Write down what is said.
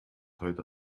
heute